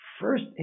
First